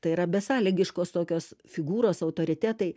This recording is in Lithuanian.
tai yra besąlygiškos tokios figūros autoritetai